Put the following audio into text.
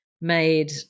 made